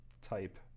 type